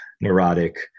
neurotic